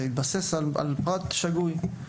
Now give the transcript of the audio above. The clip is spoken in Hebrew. התבסס על פרט שגוי.